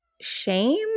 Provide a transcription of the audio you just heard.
shame